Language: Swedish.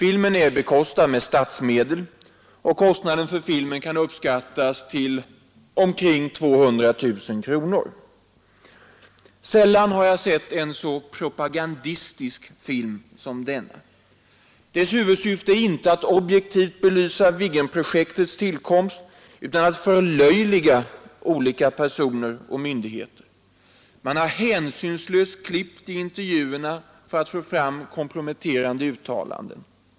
Den är bekostad med statsmedel, och kostnaden för filmen kan uppskattas till omkring 200 000 kronor. Sällan har jag sett en så propagandistisk film som denna. Dess huvudsyfte är inte att objektivt belysa Viggenprojektets tillkomst utan att förlöjliga olika personer och myndigheter. Man har hänsynslöst klippt i intervjuerna för att få fram komprometterande uttalanden.